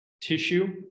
tissue